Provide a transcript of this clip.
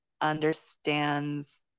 understands